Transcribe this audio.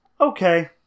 Okay